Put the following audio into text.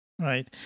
Right